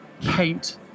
paint